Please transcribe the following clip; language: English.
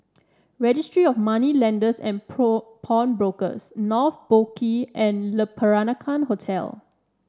Registry of Moneylenders and Pawnbrokers North Boat Quay and Le Peranakan Hotel